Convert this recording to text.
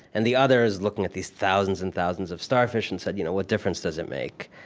and the other is looking at these thousands and thousands of starfish and said, you know what difference does it make?